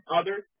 others